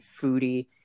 Foodie